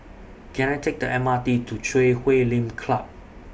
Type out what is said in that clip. Can I Take The M R T to Chui Huay Lim Club